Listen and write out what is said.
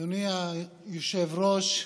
אדוני היושב-ראש,